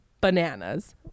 bananas